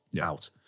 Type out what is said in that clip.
out